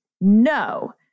no